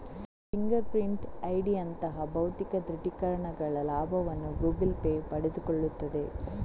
finger print ಐಡಿಯಂತಹ ಭೌತಿಕ ದೃಢೀಕರಣಗಳ ಲಾಭವನ್ನು ಗೂಗಲ್ ಪೇ ಪಡೆದುಕೊಳ್ಳುತ್ತದೆ